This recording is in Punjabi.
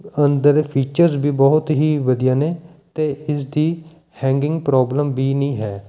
ਅੰਦਰ ਫੀਚਰਜ਼ ਵੀ ਬਹੁਤ ਹੀ ਵਧੀਆ ਨੇ ਅਤੇ ਇਸ ਦੀ ਹੈਗਿੰਗ ਪ੍ਰੋਬਲਮ ਵੀ ਨਹੀਂ ਹੈ